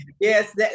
Yes